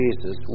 Jesus